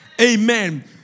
Amen